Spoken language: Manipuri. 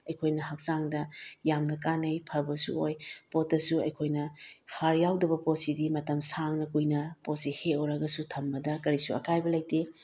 ꯑꯩꯈꯣꯏꯅ ꯍꯛꯆꯥꯡꯗ ꯌꯥꯝꯅ ꯀꯥꯟꯅꯩ ꯐꯕꯁꯨ ꯑꯣꯏ ꯄꯣꯠꯇꯁꯨ ꯑꯩꯈꯣꯏꯅ ꯍꯥꯔ ꯌꯥꯎꯗꯕ ꯄꯣꯠꯁꯤꯗꯤ ꯃꯇꯝ ꯁꯥꯡꯅ ꯀꯨꯏꯅ ꯄꯣꯠꯁꯤ ꯍꯦꯛꯎꯔꯒꯁꯨ ꯊꯝꯕꯗ ꯀꯔꯤꯁꯨ ꯑꯀꯥꯏꯕ ꯂꯩꯇꯦ